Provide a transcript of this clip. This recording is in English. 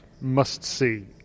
must-see